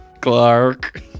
Clark